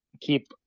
keep